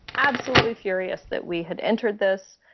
absolutely furious that we had entered this,